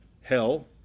hell